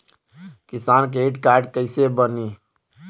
किसान credit card कइसे बानी?